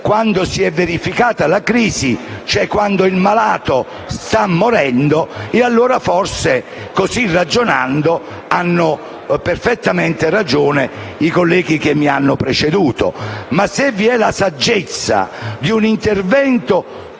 quando si è verificata la crisi, cioè quando il malato sta morendo, forse, così ragionando, hanno perfettamente ragione i colleghi che mi hanno preceduto. Ma se vi è la saggezza di un intervento